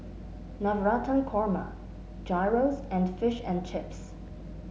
Navratan Korma Gyros and Fish and Chips